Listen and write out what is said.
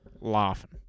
laughing